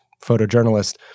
photojournalist